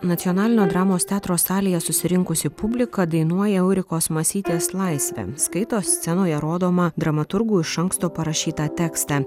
nacionalinio dramos teatro salėje susirinkusi publika dainuoja eurikos masytės laisvę skaito scenoje rodomą dramaturgų iš anksto parašytą tekstą